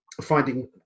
finding